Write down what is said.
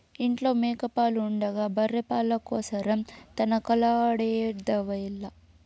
ఇంట్ల మేక పాలు ఉండగా బర్రె పాల కోసరం తనకలాడెదవేల